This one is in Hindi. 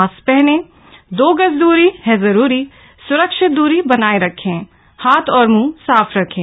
मास्क पहनें दो गज दूरी ह जरूरी सुरक्षित दूरी बनाए रखें हाथ और मुंह साफ रखें